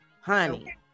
honey